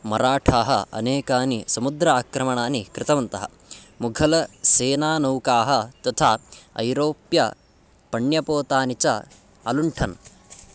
मराठाः अनेकानि समुद्र आक्रमणानि कृतवन्तः मुघलसेनानौकाः तथा ऐरोप्य पण्यपोतानि च अलुण्ठन्